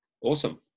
Awesome